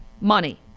money